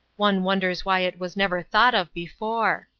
one wonders why it was never thought of before.